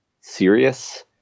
serious